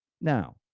Now